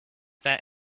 that